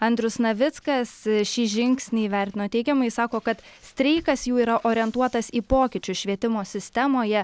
andrius navickas šį žingsnį įvertino teigiamai sako kad streikas jų yra orientuotas į pokyčius švietimo sistemoje